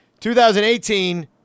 2018